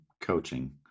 coaching